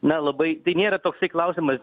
na labai tai nėra toksai klausimas